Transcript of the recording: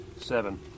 Seven